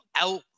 out